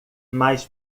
mais